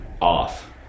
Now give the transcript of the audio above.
off